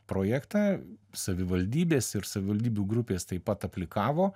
projektą savivaldybės ir savivaldybių grupės taip pat aplikavo